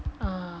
ah